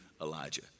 Elijah